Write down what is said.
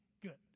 good